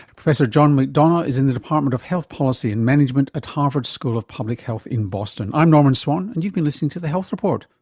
professor john mcdonough is in the department of health policy and management at harvard school of public health in boston. i'm norman swan and you've been listening to the health report.